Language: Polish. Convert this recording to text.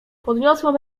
podniosłem